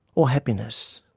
or happiness?